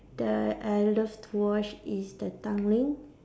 that I love to watch is the Tanglin